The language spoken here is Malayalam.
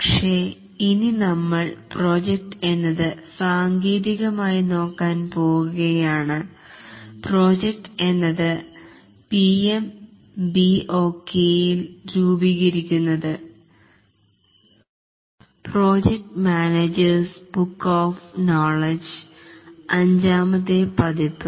പക്ഷേ ഇനി നമ്മൾ പ്രോജക്ട് എന്നത് സാങ്കേതികമായി നോക്കാൻ പോകുകയാണ് പ്രോജക്ട് എന്നത് PMBOK യിൽ നിരൂപിക്കുന്നതു project managers book of knowledge അഞ്ചാമത്തെ പതിപ്പ്